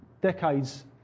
decades